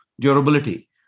durability